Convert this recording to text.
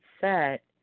set